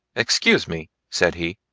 excuse me, said he,